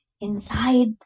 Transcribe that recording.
inside